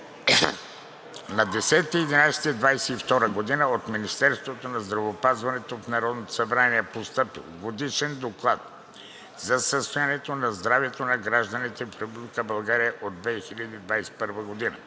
На 10 ноември 2022 г. от Министерството на здравеопазването в Народното събрание е постъпил Годишен доклад за състоянието на здравето на гражданите в Република България от 2021 г.